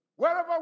Wherever